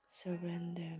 Surrender